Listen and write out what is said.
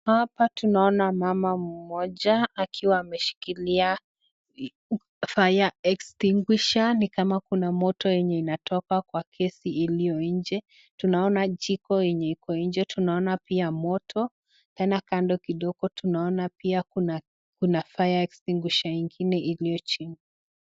Hapa tunaona mama mmoja akiwa ameshikilia fire extinguisher ni kama kuna moto yenye inatoka kwa gesi iliyo nje, tunaona jiko yenye iko nje, tunaona pia moto, tena kando kidogo tunaona pia kuna fire extinguisher ingine iliyo chini.